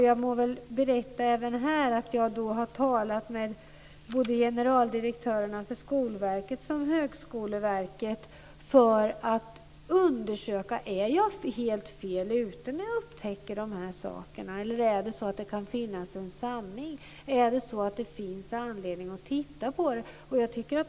Jag vill berätta att jag har talat med generaldirektörerna för såväl Skolverket som Högskoleverket för att undersöka om jag är helt fel ute eller om det kan finnas en sanning här. Finns det anledning att titta på detta?